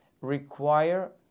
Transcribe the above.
require